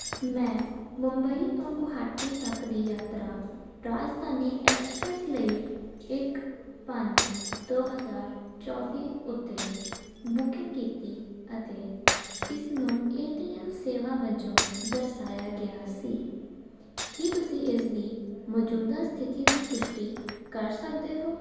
ਮੈਂ ਮੁੰਬਈ ਤੋਂ ਗੁਹਾਟੀ ਤੱਕ ਦੀ ਯਾਤਰਾ ਰਾਜਧਾਨੀ ਐਕਸਪ੍ਰੈਸ ਲਈ ਇੱਕ ਪੰਜ ਦੋ ਹਜ਼ਾਰ ਚੋਵੀ ਉੱਤੇ ਬੂਕਿੰਗ ਕੀਤੀ ਅਤੇ ਇਸ ਨੂੰ ਏਟੀਐੱਮ ਸੇਵਾ ਵਜੋਂ ਦਰਸਾਇਆ ਗਿਆ ਸੀ ਕੀ ਤੁਸੀਂ ਇਸ ਦੀ ਮੌਜੂਦਾ ਸਥਿਤੀ ਦੀ ਪੁਸ਼ਟੀ ਕਰ ਸਕਦੋ ਹੋ